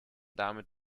damit